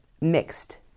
mixed